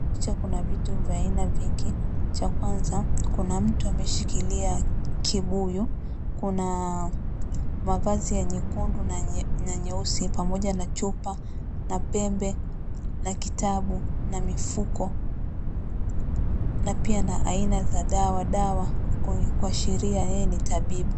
Kwenye picha kuna vitu vya aina nyingi, cha kwanza kuna mtu ameshikilia kibuyu, kuna mavazi ya nyekundu na nyeusi pamoja na chupa na pembe na kitabu na mifuko na pia na aina za dawa dawa kuashiria yeye ni tabibu.